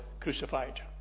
crucified